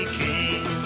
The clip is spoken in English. king